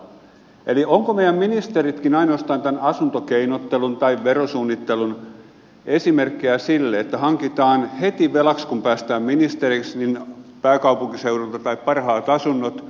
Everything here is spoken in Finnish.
eli ovatko meidän ministerimmekin ainoastaan tämän asuntokeinottelun tai verosuunnittelun esimerkkejä siitä että hankitaan heti velaksi kun päästään ministeriksi pääkaupunkiseudulta päin parhaat asunnot